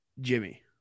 Jimmy